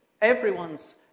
Everyone's